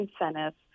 incentives